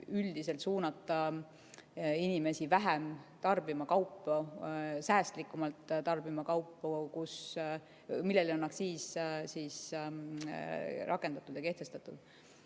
üldiselt suunata inimesi vähem tarbima kaupu, säästlikumalt tarbima kaupu, millele on aktsiis kehtestatud.